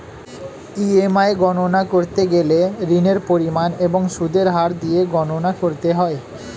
EMI গণনা করতে গেলে ঋণের পরিমাণ এবং সুদের হার দিয়ে গণনা করতে হয়